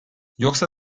yoksa